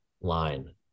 line